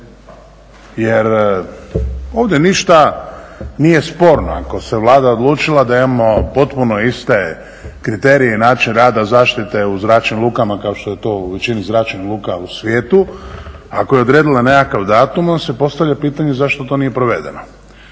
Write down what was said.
Jer ovdje ništa nije sporno ako se Vlada odlučila da imamo potpuno iste kriterije i način rada zaštite u zračnim lukama kao što je to u većini zračnih luka u svijetu, ako je odredila nekakav datum onda se postavlja pitanje zašto to nije provedeno.